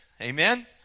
Amen